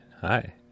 hi